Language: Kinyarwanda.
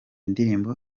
ndirimbo